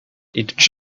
each